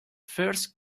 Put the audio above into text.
first